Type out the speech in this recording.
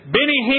Benny